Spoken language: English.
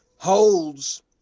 holds